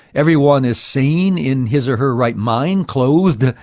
everyone is sane, in his or her right mind, clothed.